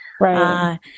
Right